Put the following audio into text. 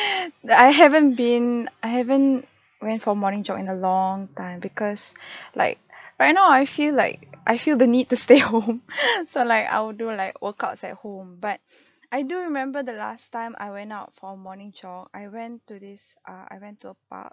that I haven't been I haven't went for morning jog in a long time because like right now I feel like I feel the need to stay home so like I'll do like workouts at home but I do remember the last time I went out for a morning jog I went to this err I went to a park